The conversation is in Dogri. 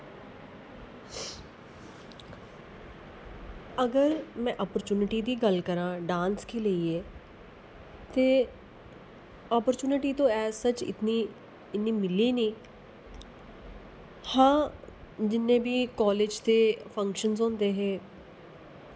अगर में अपरचुनटी दी गल्ल करां डांस गी लेइयै ते अपरचुनटी तो है सच इतनी इ'न्नी मिली नी हां जिन्ने बी कालेज दे फंक्शनस होंदे हे